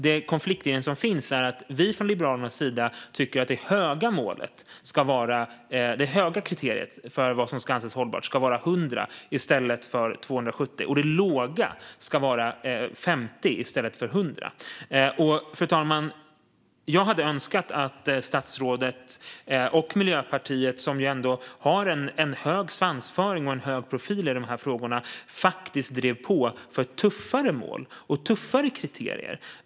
Den konfliktlinje som finns handlar om att vi från Liberalernas sida tycker att det höga kriteriet för vad som ska anses hållbart ska vara 100 i stället för 270 och att det låga ska vara 50 i stället för 100. Fru talman! Jag hade önskat att statsrådet och Miljöpartiet, som har en hög svansföring och en hög profil i dessa frågor, faktiskt drev på för tuffare mål och tuffare kriterier.